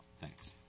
Thanks